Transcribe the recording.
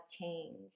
changed